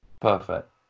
perfect